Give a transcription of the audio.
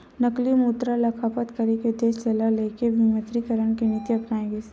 नकली मुद्रा ल खतम करे के उद्देश्य ल लेके विमुद्रीकरन के नीति अपनाए गिस